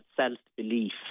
self-belief